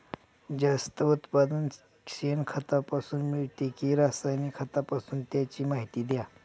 जास्त उत्पादन शेणखतापासून मिळते कि रासायनिक खतापासून? त्याची माहिती द्या